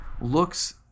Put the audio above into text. looks